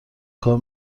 کار